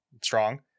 strong